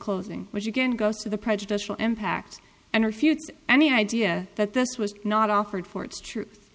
closing which again goes to the prejudicial impact and refute any idea that this was not offered for its truth